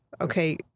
okay